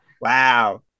Wow